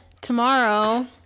tomorrow